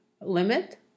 limit